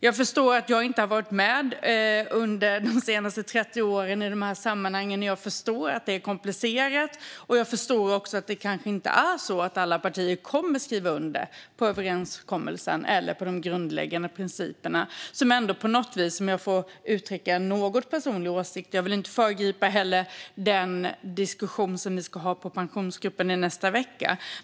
Jag förstår att jag inte har varit med under de senaste 30 åren i dessa sammanhang, och jag förstår att det är komplicerat. Jag förstår också att alla partier kanske inte kommer att skriva under överenskommelsen eller de grundläggande principerna. Jag kanske får uttrycka en något personlig åsikt, men jag vill inte föregripa den diskussion som ni ska ha i Pensionsgruppen i nästa vecka.